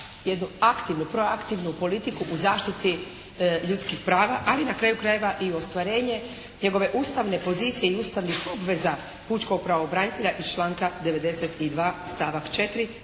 aktivnu, proaktivnu politiku u zaštiti ljudskih prava, ali na kraju krajeva i ostvarenje njegove ustavne pozicije i ustavnih obveza pučkog pravobranitelja iz članka 92. stavak 4.